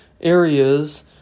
areas